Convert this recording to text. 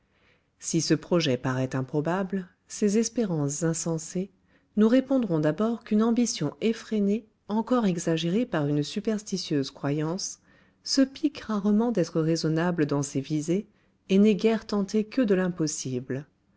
si ce projet paraît improbable ces espérances insensées nous répondrons d'abord qu'une ambition effrénée encore exagérée par une superstitieuse croyance se pique rarement d'être raisonnable dans ses visées et n'est guère tentée que de l'impossible